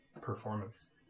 performance